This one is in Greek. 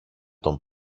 τον